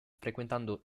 frequentando